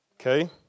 okay